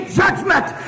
judgment